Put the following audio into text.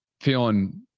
feeling